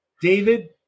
David